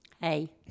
Hey